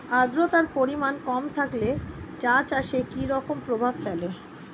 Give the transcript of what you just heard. আদ্রতার পরিমাণ কম থাকলে চা চাষে কি রকম প্রভাব ফেলে?